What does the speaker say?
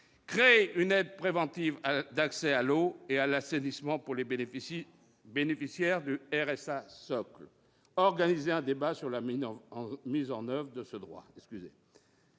créer une aide préventive d'accès à l'eau et à l'assainissement pour les bénéficiaires du RSA socle et d'organiser un débat sur la mise en oeuvre de ce droit.